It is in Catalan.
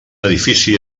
edifici